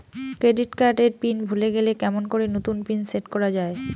Credit card এর pin ভুলে গেলে কেমন করি নতুন পিন সেট করা য়ায়?